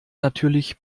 natürlich